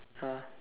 ah